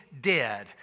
dead